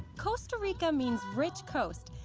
costa rica means rich coast.